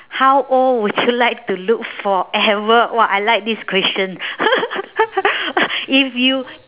how old would you like to look forever !wah! I like this question if you